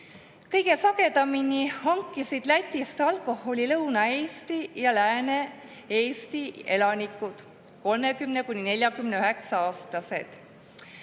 Kõige sagedamini hankisid Lätist alkoholi Lõuna-Eesti ja Lääne-Eesti elanikud, 30–49-aastased.